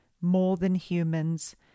more-than-humans